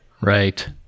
Right